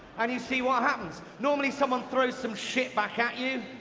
and you see what happens. normally, someone throws some shit back at you.